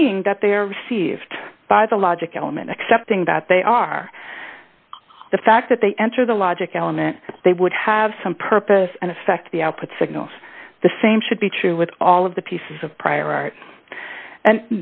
seeing that there received by the logic element accepting that they are the fact that they enter the logic element they would have some purpose and effect the output signals the same should be true with all of the pieces of prior